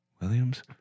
Williams